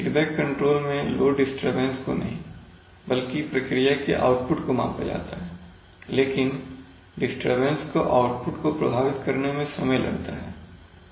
feedback control में load disturbance को नहीं बल्कि प्रक्रिया के आउटपुट को मापा जाता है लेकिन डिस्टरबेंस को आउटपुट को प्रभावित करने में समय लगता है